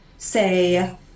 say